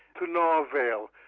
to no avail.